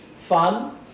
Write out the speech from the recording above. fun